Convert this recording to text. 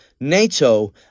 NATO